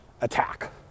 attack